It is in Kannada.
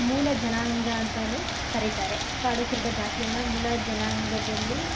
ಮೂಲ ಜನಾಂಗ ಅಂತೆಯೇ ಕರೀತಾರೆ ಕಾಡು ಕುರುಬ ಜಾತಿಯನ್ನು ಮೂಲ ಜನಾಂಗದಲ್ಲಿ